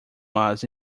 was